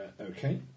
Okay